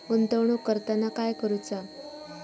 गुंतवणूक करताना काय करुचा?